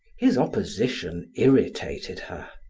his opposition irritated her.